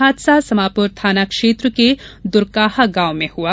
हादसा समापूर थाना क्षेत्र के दुर्काहा गांव में हुआ